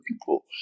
people